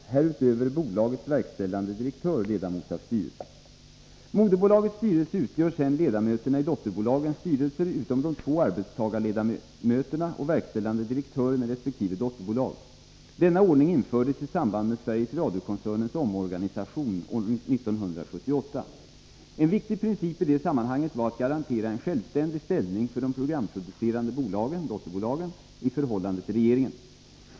Härutöver är bolagets verkställande direktör ledamot av styrelsen. Moderbolagets styrelse utser sedan ledamöterna i dotterbolagens styrelser, utom de två arbetstagarledamöterna och verkställande direktören i resp. dotterbolag. Denna ordning infördes i samband med Sveriges Radiokoncernens omorganisation år 1978. En viktig princip i det sammanhanget var att garantera en självständig ställning för de programproducerande bolagen — dotterbolagen — i förhållande till regeringen.